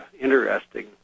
interesting